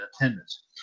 attendance